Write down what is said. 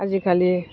आजिखालि